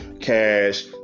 cash